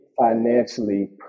financially